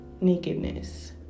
nakedness